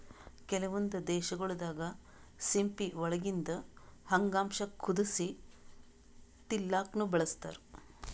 ಕೆಲವೊಂದ್ ದೇಶಗೊಳ್ ದಾಗಾ ಸಿಂಪಿ ಒಳಗಿಂದ್ ಅಂಗಾಂಶ ಕುದಸಿ ತಿಲ್ಲಾಕ್ನು ಬಳಸ್ತಾರ್